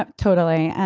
ah totally,